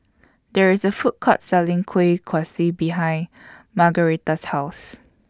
There IS A Food Court Selling Kueh Kaswi behind Margaretta's House